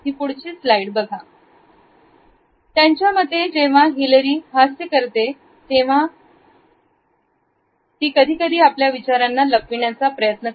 पुढची स्लाईड बघा तिच्या मते जेव्हा हिलरी हास्य करते तेव्हा ती कधीकधी आपल्या विचारांना लपविण्याचा प्रयत्न करते